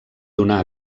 donar